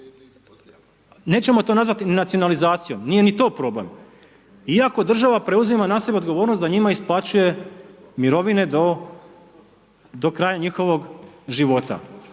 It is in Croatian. nećemo to nazvati nacionalizacijom, nije ni to problem iako država preuzima na sebe odgovornost da njima isplaćuje mirovine do kraja njihovog života.